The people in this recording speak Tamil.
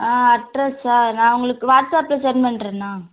அட்ரஸா நான் உங்களுக்கு வாட்ஸ்ஆப்பில் செண்ட் பண்றேண்ணா